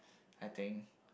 I think